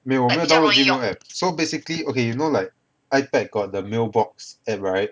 没有我没有 download gmail app so basically okay you know like ipad got the mailbox app right